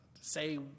say